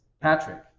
Patrick